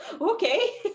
Okay